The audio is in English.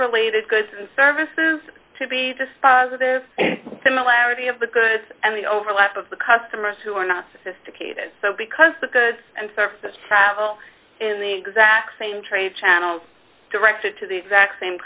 related goods and services to be dispositive similarity of the goods and the overlap of the customers who are not sophisticated so because the goods and services travel in the exact same trade channels directed to the exact same